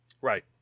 Right